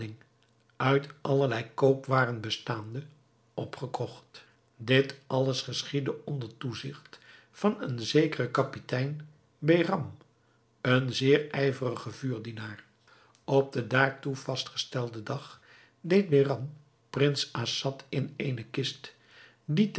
uit allerlei koopwaren bestaande opgekocht dit alles geschiedde onder toezigt van een zekeren kapitein behram een zeer ijverigen vuurdienaar op den daartoe vastgestelden dag deed behram prins assad in eene kist die